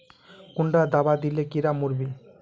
कुंडा दाबा दिले कीड़ा मोर बे?